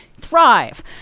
thrive